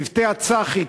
צוותי הצח"י,